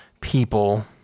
people